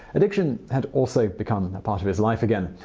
addiction had also become part of his life again.